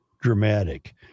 dramatic